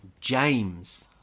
James